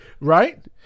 Right